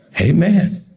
Amen